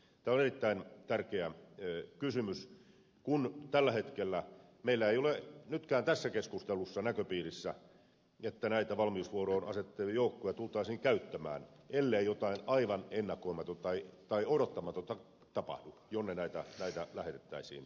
tämä on erittäin tärkeä kysymys kun tälläkään hetkellä meillä ei ole tässä keskustelussa näköpiirissä että näitä valmiusvuoroon asetettuja joukkoja tultaisiin käyttämään ellei jotain aivan ennakoimatonta tai odottamatonta tapahdu jonka takia näitä lähetettäisiin